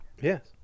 yes